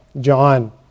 John